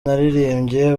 naririmbye